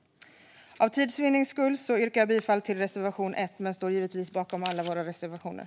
För tids vinnande yrkar jag bifall till reservation 1, men jag står givetvis bakom alla våra reservationer.